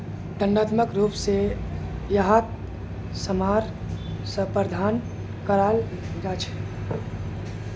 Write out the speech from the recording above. दण्डात्मक रूप स यहात सज़ार प्रावधान कराल जा छेक